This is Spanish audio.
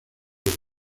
del